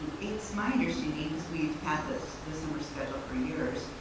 and it's my understanding, cause we've had this this summer schedule for years.